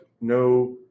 no